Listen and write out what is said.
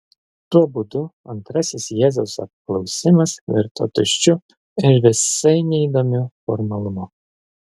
tuo būdu antrasis jėzaus apklausimas virto tuščiu ir visai neįdomiu formalumu